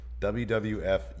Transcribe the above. WWF